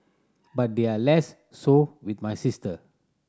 but they're less so with my sister